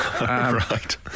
Right